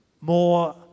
More